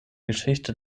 geschichte